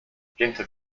hinter